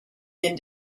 been